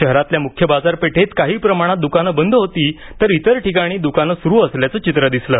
शहरातल्या मुख्य बाजारपेठेत काही प्रमाणात दुकानं बंद होती तर इतर ठिकाणी दुकानं सुरू असल्याचं चित्र दिसलं